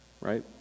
right